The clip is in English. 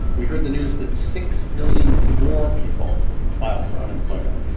we heard the news that six million more people filed for unemployment.